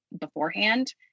beforehand